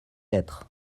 lettres